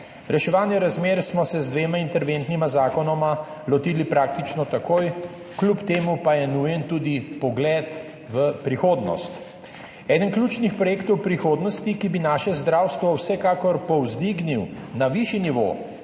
Reševanja razmer smo se z dvema interventnima zakonoma lotili praktično takoj, kljub temu pa je nujen tudi pogled v prihodnost. Eden ključnih projektov prihodnosti, ki bi naše zdravstvo vsekakor povzdignil na višji nivo